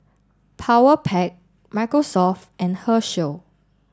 Powerpac Microsoft and Herschel